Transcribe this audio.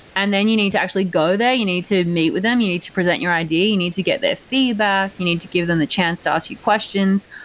and then you need to actually go there. you need to meet with them. you need to present your idea. you need to get their feedback. you need to give them the chance to ask ah you questions.